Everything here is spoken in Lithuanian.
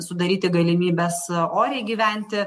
sudaryti galimybes oriai gyventi